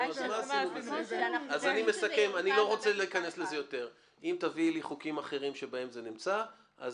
זה נושא חדש מבחינתכם לסמכויות משטרה.